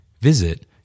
Visit